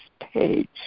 page